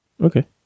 Okay